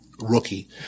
rookie